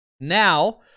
Now